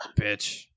bitch